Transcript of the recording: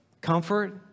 Comfort